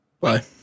Bye